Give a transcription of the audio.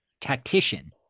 tactician